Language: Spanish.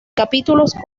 capítulos